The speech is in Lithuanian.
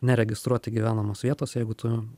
neregistruoti gyvenamos vietos jeigu tu